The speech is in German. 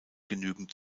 genügend